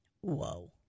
Whoa